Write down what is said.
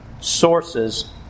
sources